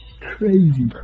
Crazy